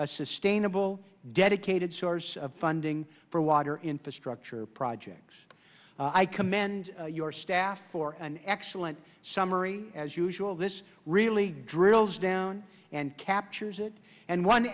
a sustainable dedicated source of funding for water infrastructure projects i commend your staff for excellent summary as usual this really drills down and captures it and one